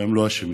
הם לא אשמים.